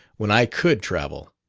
when i could travel.